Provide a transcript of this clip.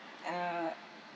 uh